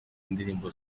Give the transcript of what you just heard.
indirimbo